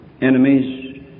enemies